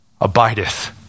abideth